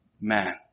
man